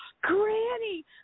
Granny